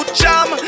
jam